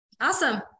Awesome